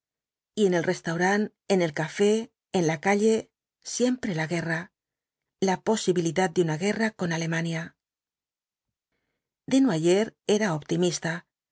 y en el restaurant en el café en la calle siempre la guerra la posibilidad de una guerra con alemania desnoyers era optimista